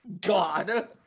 god